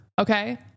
okay